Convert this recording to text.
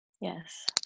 yes